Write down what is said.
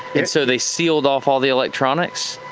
so they sealed off all the electronics?